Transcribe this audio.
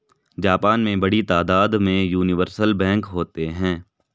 Japan में बड़ी तादाद में यूनिवर्सल बैंक होते हैं